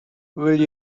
will